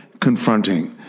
confronting